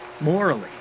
morally